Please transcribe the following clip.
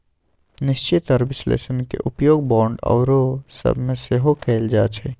निश्चित आऽ विश्लेषण के उपयोग बांड आउरो सभ में सेहो कएल जाइ छइ